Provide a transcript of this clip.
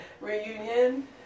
reunion